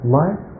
life